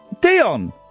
Dion